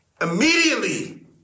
immediately